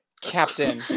Captain